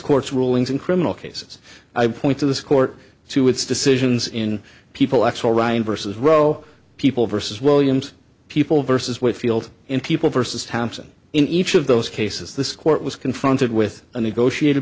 court's rulings in criminal cases i would point to this court to its decisions in people actual ryan versus roe people versus williams people versus whitfield in people versus thompson in each of those cases this court was confronted with a negotiat